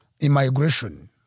immigration